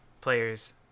players